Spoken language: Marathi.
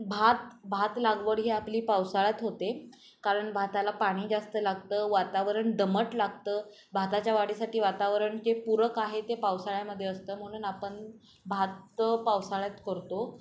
भात भात लागवड ही आपली पावसाळ्यात होते कारण भाताला पाणी जास्त लागतं वातावरण दमट लागतं भाताच्या वाढीसाठी वातावरण जे पूरक आहे ते पावसाळ्यामध्ये असतं म्हणून आपण भात पावसाळ्यात करतो